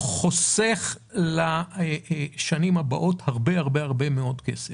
חוסך לשנים הבאות הרבה מאוד כסף.